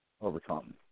overcome